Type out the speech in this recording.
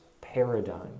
paradigm